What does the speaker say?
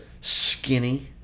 skinny